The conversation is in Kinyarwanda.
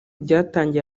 byatangiye